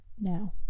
Now